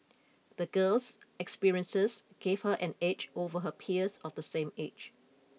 the girl's experiences gave her an edge over her peers of the same age